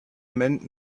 meant